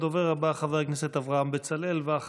הדובר הבא, חבר הכנסת אברהם בצלאל, ואחריו,